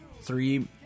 three